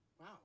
wow